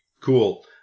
Cool